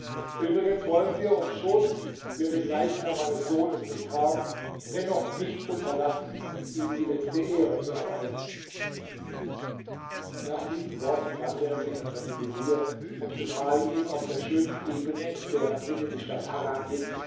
übrigens wollen wir obschon wir den leichnam meines sohnes nicht haben dennoch nicht unterlassen ihm die letzte ehre zu erweisen nach diesen worten wandte er sich an seinen vezier und befahl ihm auf der schönen ebene in deren mitte die stadt harran liegt